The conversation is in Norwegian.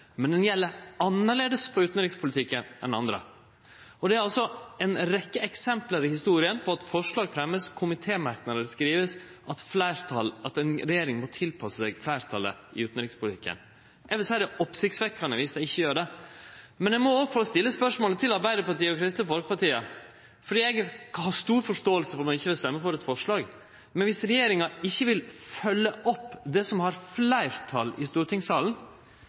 men den gjeld annleis på det utanrikspolitiske feltet enn på andre felt. Det er altså ein rekkje eksempel i historia på at forslag fremjast, komitémerknader skrivast, at ei regjering må tilpasse seg fleirtalet i utanrikspolitikken. Eg vil seie at det er oppsiktsvekkjande viss dei ikkje gjer det, men eg må òg få stille spørsmålet til Arbeidarpartiet og Kristeleg Folkeparti, for eg har stor forståing om ein ikkje vil stemme for eit forslag, men viss regjeringa ikkje vil følgje opp det som har fleirtal i stortingssalen,